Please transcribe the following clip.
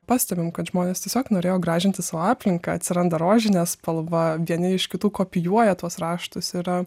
pastebim kad žmonės tiesiog norėjo gražinti savo aplinką atsiranda rožinė spalva vieni iš kitų kopijuoja tuos raštas ir a